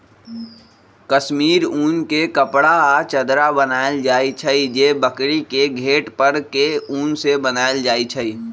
कस्मिर उन के कपड़ा आ चदरा बनायल जाइ छइ जे बकरी के घेट पर के उन से बनाएल जाइ छइ